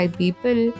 people